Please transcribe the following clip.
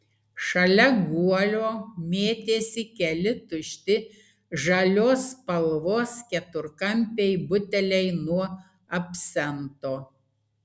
šalia guolio mėtėsi keli tušti žalios spalvos keturkampiai buteliai nuo absento